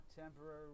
temporary